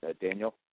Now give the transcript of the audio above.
Daniel